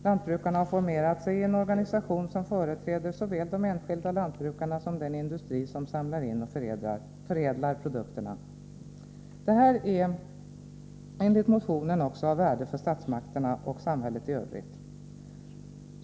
Lantbrukarna har formerat sig i en organisation, som företräder såväl de enskilda lantbrukarna som den industri som samlar in och förädlar produkterna. Detta är enligt motionen av värde också för statsmakterna och samhället i övrigt.